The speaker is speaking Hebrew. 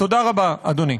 תודה רבה, אדוני.